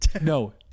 No